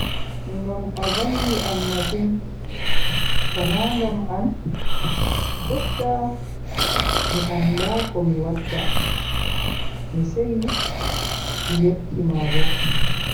Ngam a valli am masin tona ngam an jotta mi anda komi watta. Mi seyi, mi yetti ma bo.